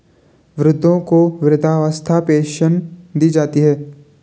वृद्धों को वृद्धावस्था पेंशन दी जाती है